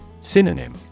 Synonym